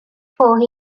for